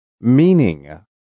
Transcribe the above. Meaning